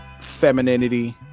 femininity